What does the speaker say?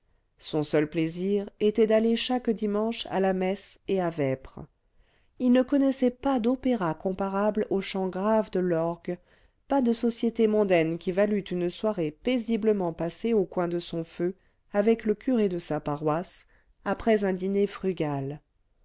son seul plaisir était d'aller chaque dimanche à la messe et à vêpres il ne connaissait pas d'opéra comparable au chant grave de l'orgue pas de société mondaine qui valût une soirée paisiblement passée au coin de son feu avec le curé de sa paroisse après un dîner frugal